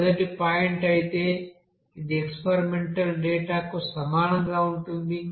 మొదటి పాయింట్ అయితే ఇది ఎక్స్పెరిమెంటల్ డేటా కు సమానంగా ఉంటుంది